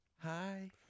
Hi